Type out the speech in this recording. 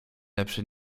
lepszy